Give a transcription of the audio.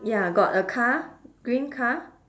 ya got a car green car